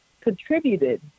contributed